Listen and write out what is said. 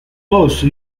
also